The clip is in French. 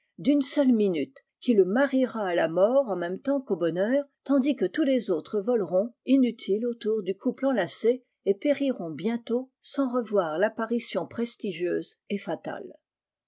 d'une seule minute qui le mariera à la mort en même temps qu'au bonheur tandis que tous les autres voleront inutiles autour du couple enlacé et périront bientôt sans revoir l'apparition prestigieuse et fatale